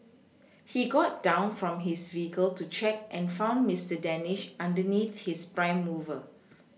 he got down from his vehicle to check and found Mister Danish underneath his prime mover